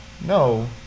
no